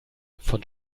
von